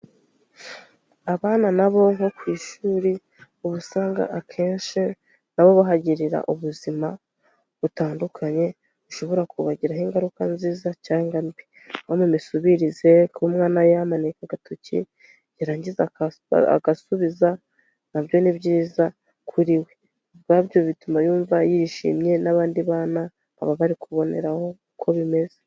Abana na bo nko ku ishuri, uba usanga akenshi na bo bahagirira ubuzima butandukanye, bushobora kubagiraho ingaruka nziza cyangwa mbi. Nko mu misubirize, kuba umwana yamanika agatoki yarangiza agasubiza, na byo ni byiza kuri we. Ubwabyo bituma yumva yishimye, n'abandi bana baba bari kuboneraho, uko bimeze.